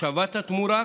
השבת התמורה,